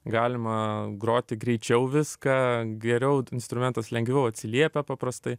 galima groti greičiau viską geriau instrumentas lengviau atsiliepia paprastai